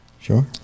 Sure